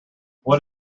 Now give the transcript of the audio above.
what